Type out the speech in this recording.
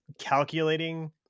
calculating